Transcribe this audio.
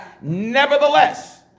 Nevertheless